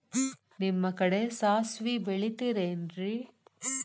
ನಿಮ್ಮ ಕಡೆ ಸಾಸ್ವಿ ಬೆಳಿತಿರೆನ್ರಿ?